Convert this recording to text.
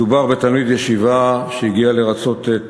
מדובר בתלמיד ישיבה שהגיע לרצות את